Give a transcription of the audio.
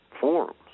forms